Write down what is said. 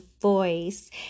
voice